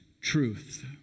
truth